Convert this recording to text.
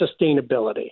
sustainability